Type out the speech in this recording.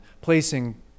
placing